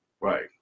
right